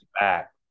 back